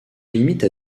limite